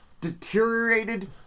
deteriorated